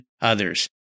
others